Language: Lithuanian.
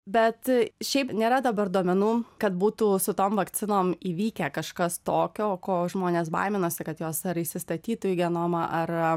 bet šiaip nėra dabar duomenų kad būtų su tom vakcinom įvykę kažkas tokio ko žmonės baiminosi kad jos ar įsistatytų į genomą ar